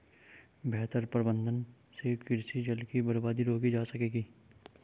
बेहतर प्रबंधन से कृषि जल की बर्बादी रोकी जा सकेगी